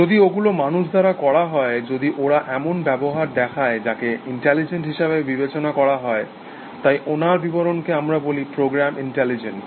যদি ওগুলো মানুষ দ্বারা করা হয় যদি ওরা এমন ব্যবহার দেখায় যাকে ইন্টেলিজেন্ট হিসাবে বিবেচনা করা হয় তাই ওনার বিবরণকে আমরা বলি প্রোগ্রাম ইন্টেলিজেন্ট